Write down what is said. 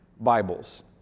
Bibles